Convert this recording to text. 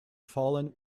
fallen